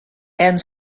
and